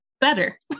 better